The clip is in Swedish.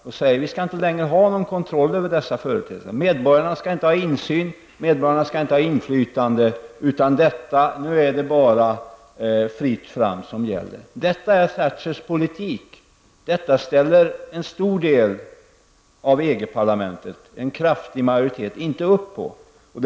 De säger att vi inte längre skall ha någon kontroll över dessa företeelser, att medborgarna inte skall ha insyn och inflytande, utan nu är det bara fritt fram som gäller. Detta är Thatchers politik. En stor del av EG-parlamentet -- en kraftig majoritet -- ställer inte upp på detta.